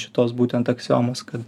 šitos būtent aksiomos kad